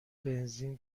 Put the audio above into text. بنزین